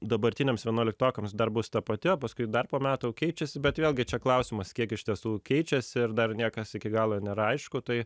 dabartiniams vienuoliktokams dar bus ta pati o paskui dar po metų keičiasi bet vėlgi čia klausimas kiek iš tiesų keičiasi ir dar niekas iki galo nėra aišku tai